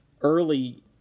early